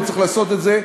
וצריך לעשות את זה.